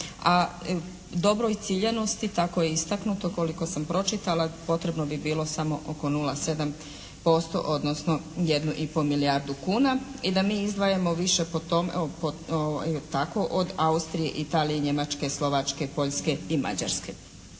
a dobroj ciljanosti kako je istaknuto koliko sam pročitala potrebno bi bilo samo oko 0,7% odnosno jednu i pol milijardu kuna. I da mi izdvajamo više po tome, tako od Austrije, Italije, Njemačke, Slovačke, Poljske i Mađarske.